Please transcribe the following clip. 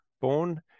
born